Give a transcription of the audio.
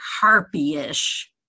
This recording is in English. harpy-ish